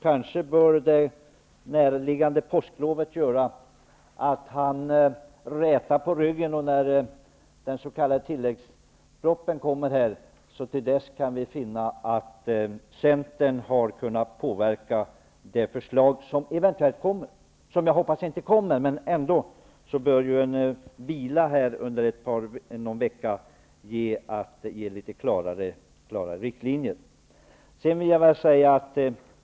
Kanske kan det näraliggande påsklovet gör att han rätar på ryggen, så att vi när den s.k. tilläggspropositionen kommer kan finna att Centern har kunnat påverka de förslag som jag egentligen hoppas inte kommer. Vilan under någon vecka bör kunna ge litet klarare riktlinjer.